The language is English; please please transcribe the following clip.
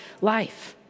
life